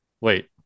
wait